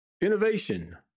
innovation